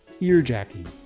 earjacking